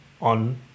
on